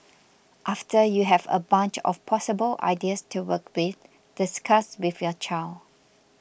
after you have a bunch of possible ideas to work with discuss with your child